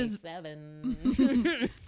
seven